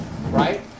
right